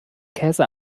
käse